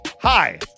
Hi